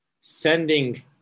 sending